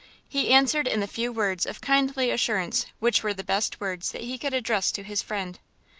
he answered in the few words of kindly assurance which were the best words that he could address to his friend.